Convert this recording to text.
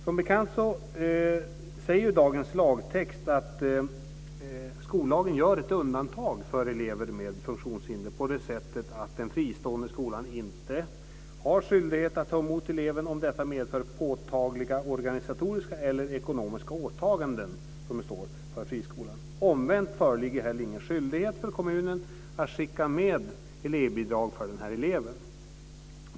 Som bekant säger dagens lagtext att skollagen gör ett undantag för elever med funktionshinder på det sättet att den fristående skolan inte har skyldighet att ta emot eleven om detta medför påtagliga organisatoriska eller ekonomiska åtaganden, som det står, för friskolan. Omvänt föreligger heller ingen skyldighet för kommunen att skicka med elevbidrag för eleven.